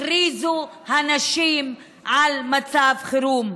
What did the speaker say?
הכריזו הנשים על מצב חירום,